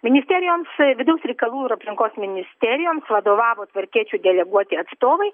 ministerijoms vidaus reikalų ir aplinkos ministerijoms vadovavo tvarkiečių deleguoti atstovai